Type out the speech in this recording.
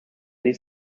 dies